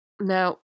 Now